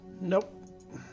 Nope